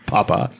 Papa